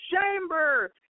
chamber